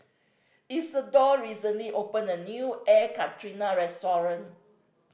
Isidore recently opened a new Air Karthira restaurant